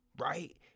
right